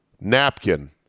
napkin